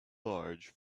large